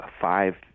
five